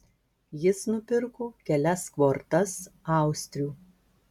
jis nupirko kelias kvortas austrių